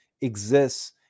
exists